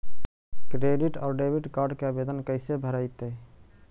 Credit और debit card के आवेदन कैसे भरैतैय?